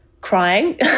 crying